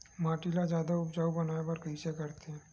माटी ला जादा उपजाऊ बनाय बर कइसे करथे?